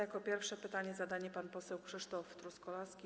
Jako pierwszy pytanie zadaje pan poseł Krzysztof Truskolaski.